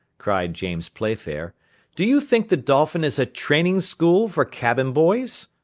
cried james playfair do you think the dolphin is a training-school for cabin-boys?